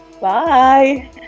bye